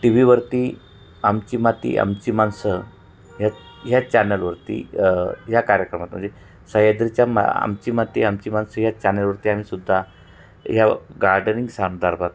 T व्हीवरती आमची माती आमची माणसं ह्या ह्या चॅनलवरती ह्या कार्यक्रमात म्हणजे सह्याद्रीच्या मा आमची माती आमची माणसं ह्या चॅनलवरती आम्ही सुद्धा ह्या गार्डनिंग संदर्भात